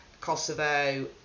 Kosovo